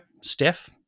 Steph